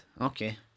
Okay